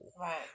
Right